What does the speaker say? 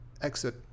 exit